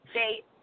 State